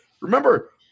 remember